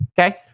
Okay